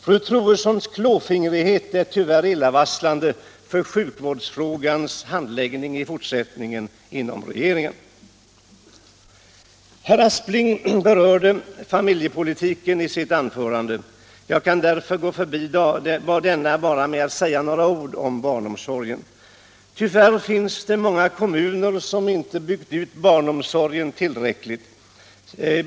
Fru Troedssons klåfingrighet är tyvärr illavarslande för sjukvårdsfrågans handläggning inom regeringen i fortsättningen. Herr Aspling berörde familjepolitiken i sitt anförande. Jag kan därför gå förbi denna och bara säga några ord om barnomsorgen. Tyvärr finns det många kommuner som inte byggt ut barnomsorgen tillräckligt.